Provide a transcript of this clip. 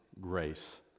grace